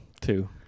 two